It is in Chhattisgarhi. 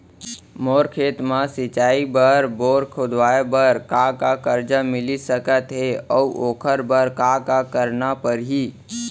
मोर खेत म सिंचाई बर बोर खोदवाये बर का का करजा मिलिस सकत हे अऊ ओखर बर का का करना परही?